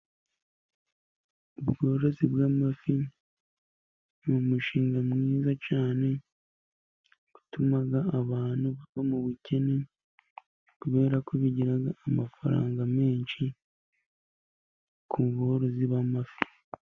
Ubworozi bw'amafi ni numushinga mwiza cyane，utuma abantu bava mu bukene，kubera ko bigira amafaranga menshi， ku borozi b'amafi.